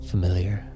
familiar